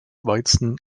weizen